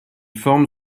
forme